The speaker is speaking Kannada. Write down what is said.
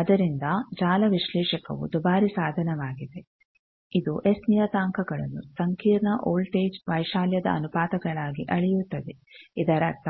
ಆದರಿಂದ ಜಾಲ ವಿಶ್ಲೇಷಕವು ದುಬಾರಿ ಸಾಧನವಾಗಿದೆ ಇದು ಎಸ್ ನಿಯತಾಂಕಗಳನ್ನು ಸಂಕೀರ್ಣ ವೋಲ್ಟೇಜ್ ವೈಶಾಲ್ಯದ ಅನುಪಾತಗಳಾಗಿ ಅಳೆಯುತ್ತದೆ ಇದರರ್ಥ